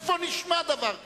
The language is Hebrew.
איפה נשמע דבר כזה?